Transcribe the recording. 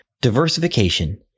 diversification